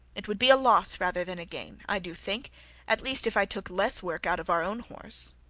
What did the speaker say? it would be a loss rather than a gain i do think at least if i took less work out of our own horse.